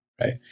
right